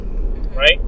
right